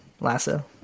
Lasso